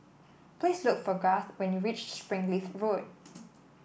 please look for Garth when you reach Springleaf Road